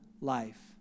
life